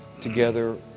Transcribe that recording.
together